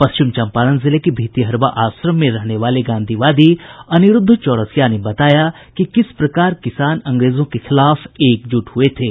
पश्चिम चंपारण जिले के मितिहरवा आश्रम में रहने वाले गांधीवादी अनिरुद्ध चौरसिया ने बताया कि किस प्रकार किसान अंग्रेजों के खिलाफ एकजुट हुए थे